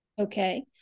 Okay